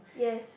yes